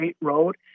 road